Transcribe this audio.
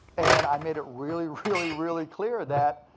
and i made it really, really, really clear that